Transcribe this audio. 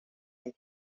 and